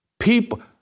People